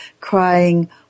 crying